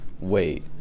wait